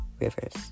rivers